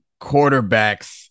quarterbacks